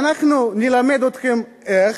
ואנחנו נלמד אתכם איך,